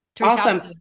Awesome